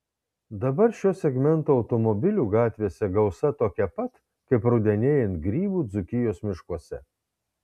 dabar šio segmento automobilių gatvėse gausa tokia pat kaip rudenėjant grybų dzūkijos miškuose